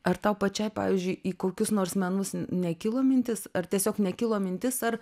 ar tau pačiai pavyzdžiui į kokius nors menus nekilo mintis ar tiesiog nekilo mintis ar